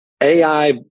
AI